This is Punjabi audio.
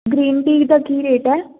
ਗਰੀਨ ਟੀ ਦਾ ਕੀ ਰੇਟ ਹੈ